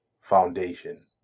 Foundation